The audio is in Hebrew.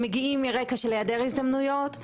שמגיעים מרקע של היעדר הזדמנויות,